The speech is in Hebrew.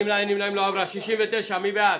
הצבעה בעד,